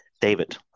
David